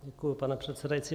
Děkuji, pane předsedající.